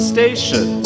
Station